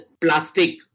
plastic